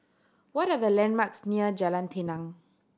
what are the landmarks near Jalan Tenang